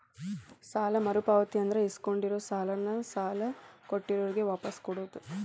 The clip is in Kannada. ಸಾಲ ಮರುಪಾವತಿ ಅಂದ್ರ ಇಸ್ಕೊಂಡಿರೋ ಸಾಲಾನ ಸಾಲ ಕೊಟ್ಟಿರೋರ್ಗೆ ವಾಪಾಸ್ ಕೊಡೋದ್